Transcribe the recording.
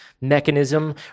mechanism